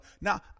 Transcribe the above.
now